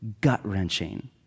gut-wrenching